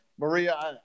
Maria